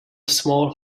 small